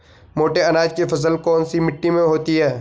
मोटे अनाज की फसल कौन सी मिट्टी में होती है?